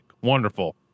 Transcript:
Wonderful